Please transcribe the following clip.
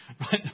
right